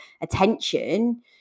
attention